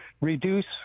reduce